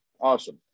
awesome